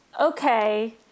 Okay